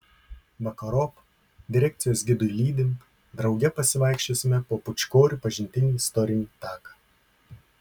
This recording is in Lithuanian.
vakarop direkcijos gidui lydint drauge pasivaikščiosime po pūčkorių pažintinį istorinį taką